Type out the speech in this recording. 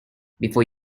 before